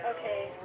Okay